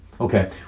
okay